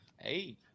Hey